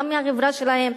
גם מהחברה שלהם,